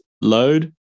Load